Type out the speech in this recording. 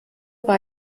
war